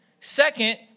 Second